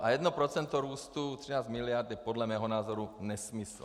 A jedno procento růstu 13 miliard je podle mého názoru nesmysl.